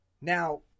Now